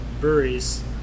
breweries